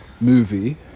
movie